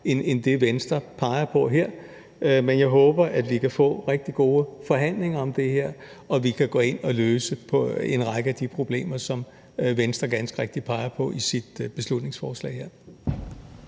end det, Venstre peger på her. Men jeg håber, at vi kan få rigtig gode forhandlinger om det her, og at vi kan gå ind og løse en række af de problemer, som Venstre ganske rigtigt peger på i sit beslutningsforslag her.